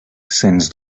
sens